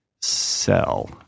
sell